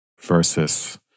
versus